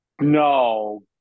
No